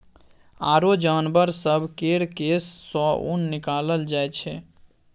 आरो जानबर सब केर केश सँ ऊन निकालल जाइ छै